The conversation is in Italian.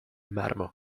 marmo